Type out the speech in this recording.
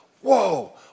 whoa